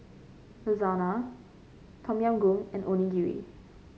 Lasagna Tom Yam Goong and Onigiri